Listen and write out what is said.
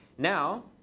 now